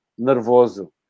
nervoso